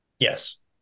Yes